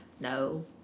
No